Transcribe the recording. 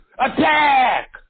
Attack